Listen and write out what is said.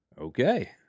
Okay